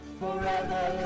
forever